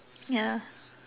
ya